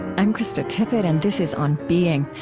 i'm krista tippett, and this is on being.